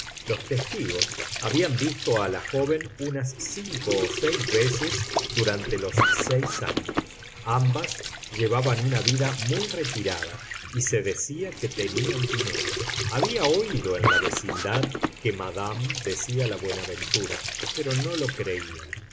los testigos habían visto a la joven unas cinco o seis veces durante los seis años ambas llevaban una vida muy retirada y se decía que tenían dinero había oído en la vecindad que madame l decía la buenaventura pero no lo creía